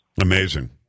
Amazing